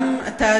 גם אתה,